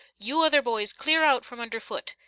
you other boys clear out from under foot!